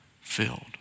filled